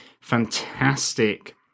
fantastic